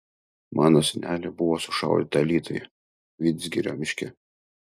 mano senelė buvo sušaudyta alytuje vidzgirio miške